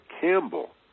Campbell